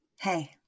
Hey